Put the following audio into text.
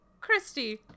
christy